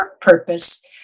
purpose